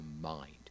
mind